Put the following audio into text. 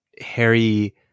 Harry